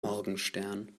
morgenstern